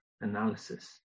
analysis